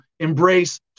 Embrace